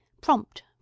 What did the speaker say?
prompt